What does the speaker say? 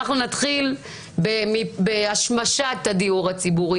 אנחנו נתחיל בהשמשת הדיור הציבור,